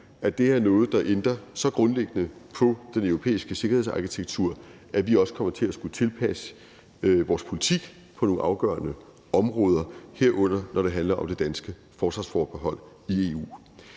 om det er noget, der ændrer så grundlæggende på den europæiske sikkerhedsarkitektur, at vi også kommer til at skulle tilpasse vores politik på nogle afgørende områder, herunder når det handler om det danske forsvarsforbehold i EU.